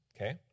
okay